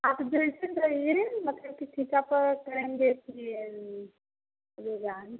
आप जैसे कहिए मतलब कि ठीका पा करेंगे कि